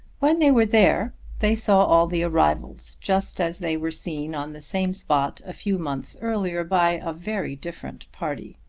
when they were there they saw all the arrivals just as they were seen on the same spot a few months earlier by a very different party.